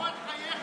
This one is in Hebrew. אתה צבוע.